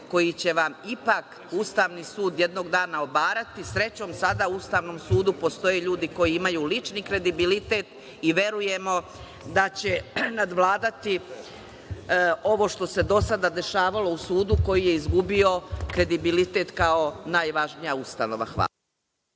koji će vam ipak Ustavni sud jednog dana obarati. Srećom, sada u Ustavnom sudu postoje ljudi koji imaju lični kredibilitet i verujemo da će nadvladati ovo što se do sada dešavalo u sudu koji je izgubio kredibilitet kao najvažnija Ustanova. Hvala.